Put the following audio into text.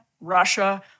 Russia